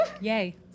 Yay